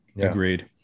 Agreed